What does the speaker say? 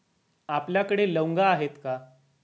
आपल्याकडे लवंगा आहेत का?